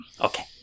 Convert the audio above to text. Okay